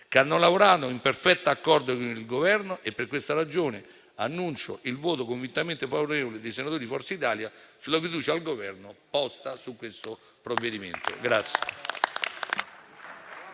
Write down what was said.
che hanno lavorato in perfetto accordo con il Governo. Per questa ragione annuncio il voto convintamente favorevole dei senatori di Forza Italia sulla fiducia posta dal Governo sul provvedimento in